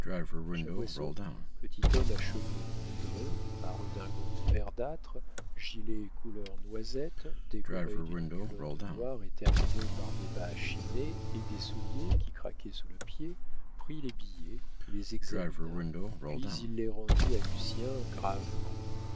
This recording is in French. lucien chaboisseau petit homme à cheveux poudrés à redingote verdâtre gilet couleur noisette décoré d'une culotte noire et terminé par des bas chinés et des souliers qui craquaient sous le pied prit les billets les examina puis il les rendit à lucien gravement